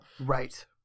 Right